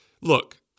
Look